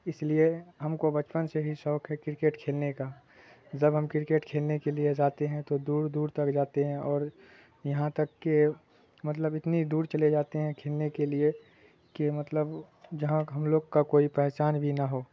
اس لیے ہم کو بچپن سے ہی شوق ہے کرکٹ کھیلنے کا جب ہم کرکٹ کھیلنے کے لیے جاتے ہیں تو دور دور تک جاتے ہیں اور یہاں تک کہ مطلب اتنی دور چلے جاتے ہیں کھیلنے کے لیے کہ مطلب جہاں ہم لوگ کا کوئی پہچان بھی نہ ہو